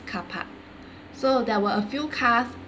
car park so there were a few cars